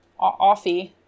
Offie